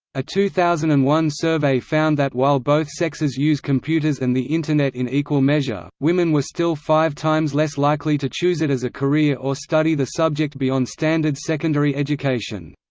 a two thousand and one survey found that while both sexes use computers and the internet in equal measure, women were still five times less likely to choose it as a career or study the subject beyond standard secondary education.